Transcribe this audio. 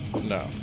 No